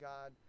God